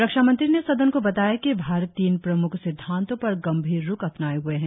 रक्षा मंत्री ने सदन को बताया कि भारत तीन प्रम्ख सिद्वांतों पर गंभीर रुख अपनाए हुए है